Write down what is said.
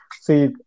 see